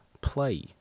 play